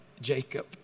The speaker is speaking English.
Jacob